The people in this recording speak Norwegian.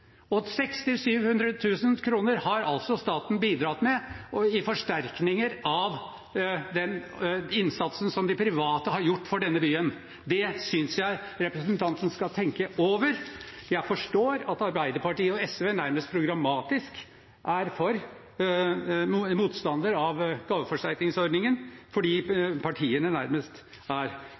har altså staten bidratt med i forsterkninger av den innsatsen som de private har gjort for denne byen. Det synes jeg representanten skal tenke over. Jeg forstår at Arbeiderpartiet og SV nærmest programmatisk er motstandere av gaveforsterkningsordningen, fordi partiene nærmest er